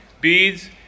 beads